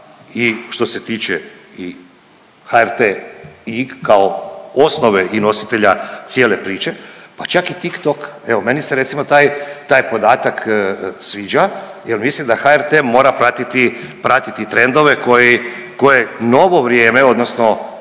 i što se tiče i HRT kao osnove i nositelja cijele priče, pa čak i Tik Tok, evo meni se recimo taj, taj podatak sviđa jer mislim da HRT mora pratiti, pratiti trendove koji, koje novo vrijeme odnosno